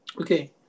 Okay